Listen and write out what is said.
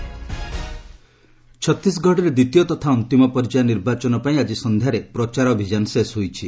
ଇଲେକ୍ଟ୍ରୋନିୟରିଂ ଛତିଶଗଡ଼ରେ ଦ୍ୱିତୀୟ ତଥା ଅନ୍ତିମ ପର୍ଯ୍ୟାୟ ନିର୍ବାଚନପାଇଁ ଆଜି ସନ୍ଧ୍ୟାରେ ପ୍ରଚାର ଅଭିଯାନ ଶେଷ ହୋଇଛି